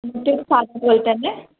അതിന്റെയൊക്കെ സാധാ റേറ്റ് തന്നെ